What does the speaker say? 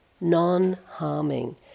non-harming